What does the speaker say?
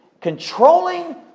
controlling